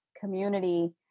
community